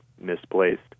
misplaced